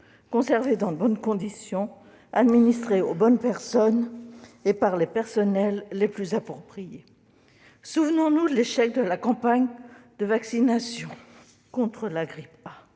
conservés dans de bonnes conditions et administrés aux bonnes personnes et par les personnels les plus appropriés. Souvenons-nous de l'échec de la campagne de vaccination contre la grippe A.